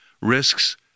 risks